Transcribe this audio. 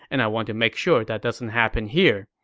and i want to make sure that doesn't happen here.